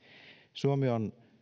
suomi on